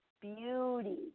beauty